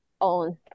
own